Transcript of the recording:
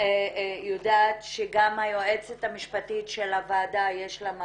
יודעת שגם ליועצת המשפטית של הוועדה יש מה